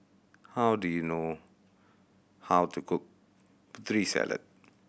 how do you know how to cook Putri Salad